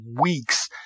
weeks